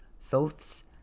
Thoth's